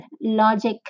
logic